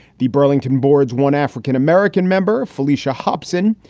the burlington boards, one african-american member, felicia hopsin,